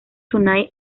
tonight